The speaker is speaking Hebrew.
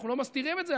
אנחנו לא מסתירים את זה,